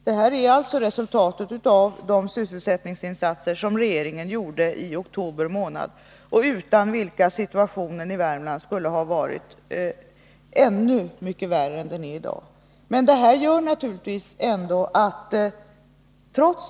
Detta är alltså resultatet av de sysselsättningsinsatser som regeringen gjorde i oktober månad — och utan vilka situationen i Värmland skulle ha varit ännu mycket värre än den i dag är.